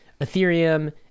Ethereum